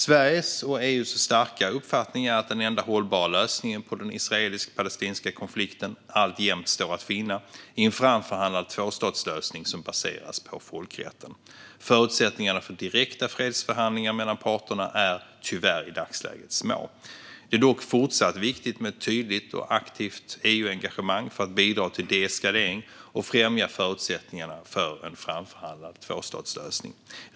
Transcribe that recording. Sveriges och EU:s starka uppfattning är att den enda hållbara lösningen på den israelisk-palestinska konflikten alltjämt står att finna i en framförhandlad tvåstatslösning som baseras på folkrätten. Förutsättningarna för direkta fredsförhandlingar mellan parterna är tyvärr i dagsläget små. Det är dock fortsatt viktigt med ett tydligt och aktivt EU-engagemang för att bidra till de-eskalering och främja förutsättningarna för en framförhandlad tvåstatslösning.